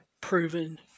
Proven